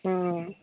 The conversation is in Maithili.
हँ